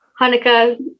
Hanukkah